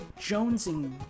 jonesing